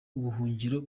ubuhungiro